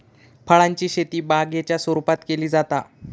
फळांची शेती बागेच्या स्वरुपात केली जाता